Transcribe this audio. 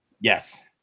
Yes